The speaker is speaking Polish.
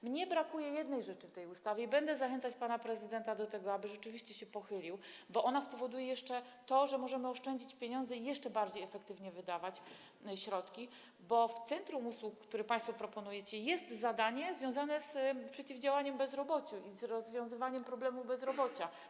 Mnie brakuje jednej rzeczy w tej ustawie i będę zachęcać pana prezydenta do tego, aby rzeczywiście się nad tym pochylił, bo ona spowoduje, że możemy oszczędzić pieniądze i możemy jeszcze efektywniej wydawać środki, bo w centrum usług, które państwo proponujecie, jest zadanie związane z przeciwdziałaniem bezrobociu i z rozwiązywaniem problemu bezrobocia.